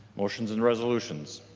motions and resolutions.